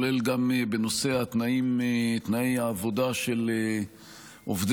גם בנושא התנאים, תנאי העבודה של עובדיה,